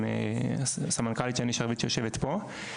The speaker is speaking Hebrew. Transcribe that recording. עם הסמנכ"לית שני שרביט שיושבת פה.